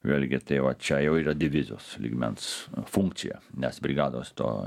vėlgi tai va čia jau yra divizijos lygmens funkcija nes brigados to